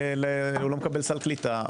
הוא לא מקבל סל קליטה,